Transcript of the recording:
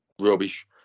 Rubbish